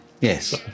Yes